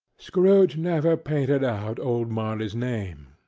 scrooge never painted out old marley's name.